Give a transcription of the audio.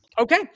Okay